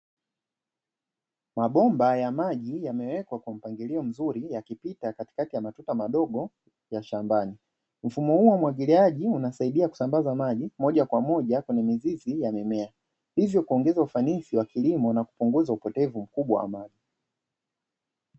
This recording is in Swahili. Mabomba ya maji yamewekwa kwa mpangilio mzuri yakipita katikati ya matuta madogo ya shambani, mfumo huu wa umwagiliaji unasaidia kusambaza maji moja kwa moja kwenye mizizi ya mimea, hivyo kuongeza ufanisi wa kilimo na kupunguza upotevu mkubwa wa maji.